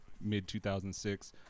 mid-2006